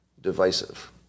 divisive